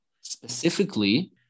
specifically